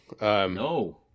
No